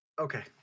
Okay